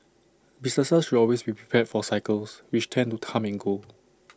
businesses should always be prepared for cycles which tend to come and go